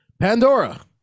Pandora